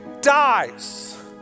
dies